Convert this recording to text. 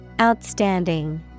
Outstanding